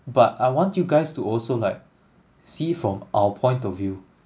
but I want you guys to also like see from our point of view